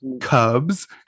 cubs